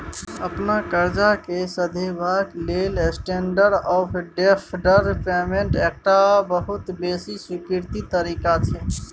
अपन करजा केँ सधेबाक लेल स्टेंडर्ड आँफ डेफर्ड पेमेंट एकटा बहुत बेसी स्वीकृत तरीका छै